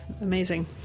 amazing